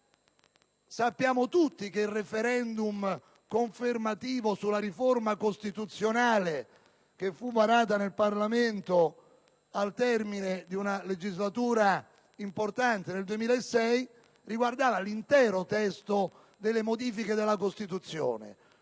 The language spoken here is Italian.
sappiamo tutti che il*referendum* confermativo sulla riforma costituzionale, varata in Parlamento nel 2006 al termine di una legislatura importante, riguardava l'intero testo delle modifiche della Costituzione.